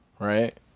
Right